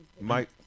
Mike